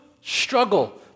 struggle